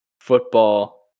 football